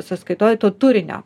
sąskaitoj to turinio